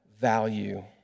value